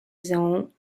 zone